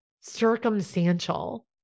circumstantial